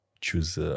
choose